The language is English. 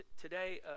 today